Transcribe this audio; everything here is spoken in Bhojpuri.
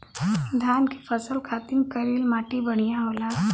धान के फसल खातिर करील माटी बढ़िया होला